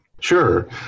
Sure